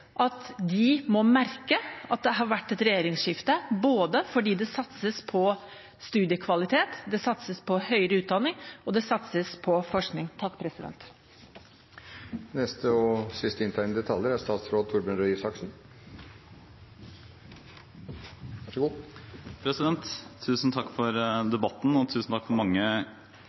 at de må merke at det har vært et regjeringsskifte, for det satses på studiekvalitet, det satses på høyere utdanning, og det satses på forskning. Tusen takk for